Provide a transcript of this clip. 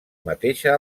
mateixa